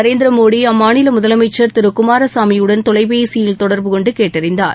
நரேந்திர மோடி அம்மாநில முதலமைச்சா் திரு குமாரசாமியுடன் தொலைபேசியில் தொடர்பு கொண்டு கேட்டறிந்தார்